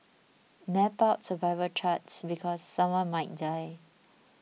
map out survival charts because someone might die